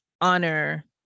honor